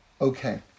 Okay